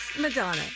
Madonna